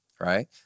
right